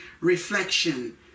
Reflection